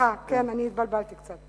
כן, סליחה, אני התבלבלתי קצת.